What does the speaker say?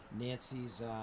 Nancy's